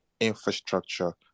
infrastructure